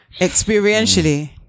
Experientially